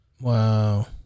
Wow